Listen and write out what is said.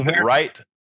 right